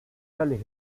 tales